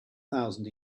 thousand